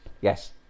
Yes